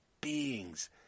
beings